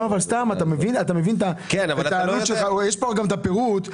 יש כאן גם את הפירוט.